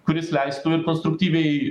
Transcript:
kuris leistų konstruktyviai